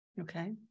Okay